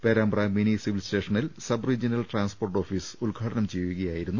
Perambra mini civil സ്റ്റേഷനിൽ sub regional transport office ഉദ്ഘാടനം ചെയ്യുകയായിരുന്നു മന്ത്രി